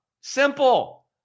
Simple